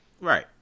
Right